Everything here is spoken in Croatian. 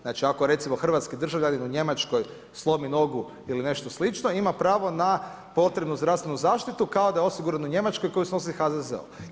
Znači ako recimo hrvatski državljanin u Njemačkoj slomi nogu ili nešto slično ima pravo na potrebnu zdravstvenu zaštitu kao da je osiguran u Njemačkoj koju snosi HZZO.